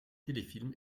téléfilms